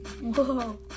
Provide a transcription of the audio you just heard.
whoa